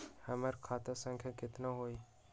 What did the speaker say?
हमर खाता संख्या केतना हई?